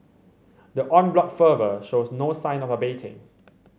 the en bloc fervour shows no sign of abating